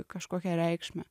kažkokią reikšmę